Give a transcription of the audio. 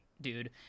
dude